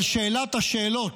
אבל שאלת השאלות,